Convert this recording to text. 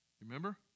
Remember